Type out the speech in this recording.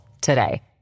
today